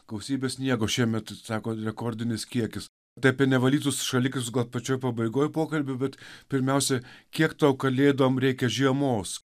gausybę sniego šiemet sako rekordinis kiekis tai apie nevalytus šaligius gal pačioj pabaigoj pokalbio bet pirmiausia kiek tau kalėdom reikia žiemos